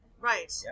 Right